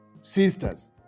sisters